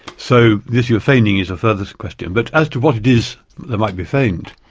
so the issue of feigning is our furthest question, but as to what it is that might be feigned,